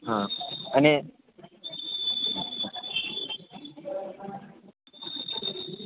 હા અને